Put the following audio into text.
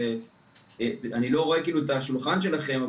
שאני לא רואה את השולחן שלכם,